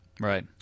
Right